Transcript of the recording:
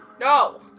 No